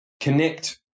connect